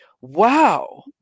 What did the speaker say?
wow